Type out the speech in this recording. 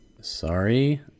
Sorry